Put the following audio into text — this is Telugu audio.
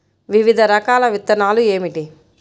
వివిధ రకాల విత్తనాలు ఏమిటి?